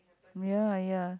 ya ya